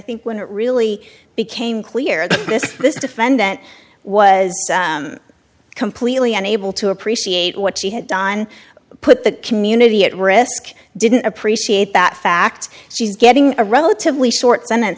think when it really became clear that this this defendant was completely unable to appreciate what she had done put the community at risk didn't appreciate that fact she's getting a relatively short sen